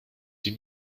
sie